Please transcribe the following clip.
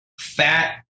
fat